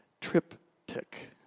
triptych